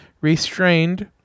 restrained